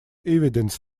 evidence